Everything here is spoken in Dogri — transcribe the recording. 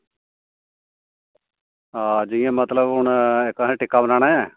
हां जियां मतलब हून इक असें टिक्का बनाना ऐ